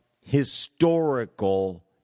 historical